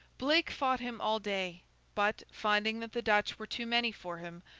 blake fought him all day but, finding that the dutch were too many for him,